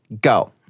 go